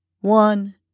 one